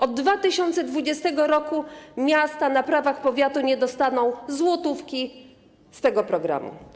Od 2020 r. miasta na prawach powiatu nie dostaną złotówki z tego programu.